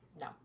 No